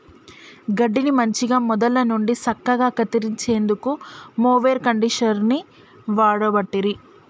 గడ్డిని మంచిగ మొదళ్ళ నుండి సక్కగా కత్తిరించేందుకు మొవెర్ కండీషనర్ని వాడబట్టిరి